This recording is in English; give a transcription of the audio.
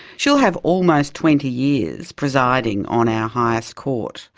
she'll have almost twenty years presiding on our highest court.